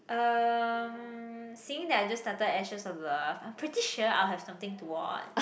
um seeing that I just started Actions-of-Love I'm pretty sure I'll have something to watch